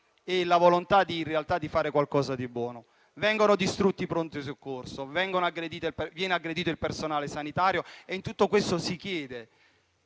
e la volontà di fare qualcosa di buono. Vengono distrutti i pronto soccorso e viene aggredito il personale sanitario: in tutto questo, si chiede